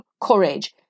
courage